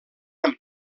amb